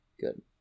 Good